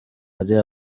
ari